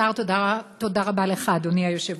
כבוד השר, אדוני היושב-ראש,